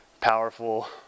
powerful